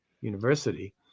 University